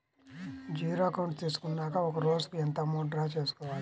Zero account తీసుకున్నాక ఒక రోజుకి ఎంత అమౌంట్ డ్రా చేసుకోవాలి?